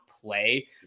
play